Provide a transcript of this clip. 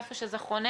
איפה שזה חונה.